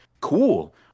Cool